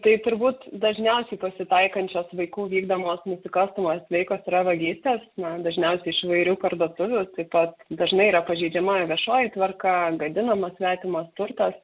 tai turbūt dažniausiai pasitaikančios vaikų vykdomos nusikalstamos veikos yra vagystės nes dažniausiai iš įvairių parduotuvių taip pat dažnai yra pažeidžiama viešoji tvarka apgadinamas svetimas turtas